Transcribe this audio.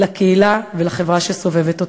לקהילה ולחברה שסובבת אותן.